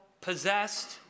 possessed